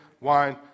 wine